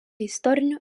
istorinių